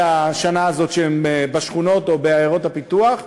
השנה הזאת שהם בשכונות או בעיירות הפיתוח,